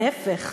להפך.